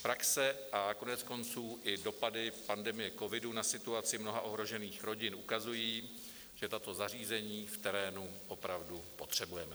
Praxe a koneckonců i dopady pandemie covidu na situaci mnoha ohrožených rodin ukazují, že tato zařízení v terénu opravdu potřebujeme.